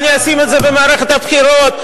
אני אשים את זה במערכת הבחירות.